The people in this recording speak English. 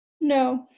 No